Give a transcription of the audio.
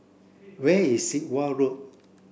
where is Sit Wah Road